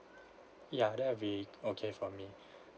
ya that will be okay for me